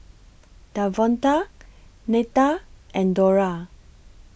Davonta Netta and Dora